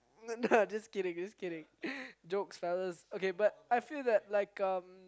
nah just kidding just kidding jokes fellas okay but I feel that like um